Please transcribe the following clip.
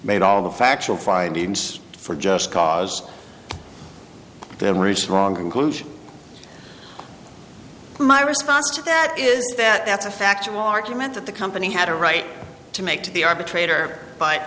made all the factual findings for just cause they're very strong inclusion my response to that is that that's a factual argument that the company had a right to make to the arbitrator by